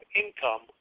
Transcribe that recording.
income